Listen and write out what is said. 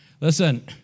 listen